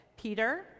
Peter